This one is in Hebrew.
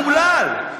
אומלל.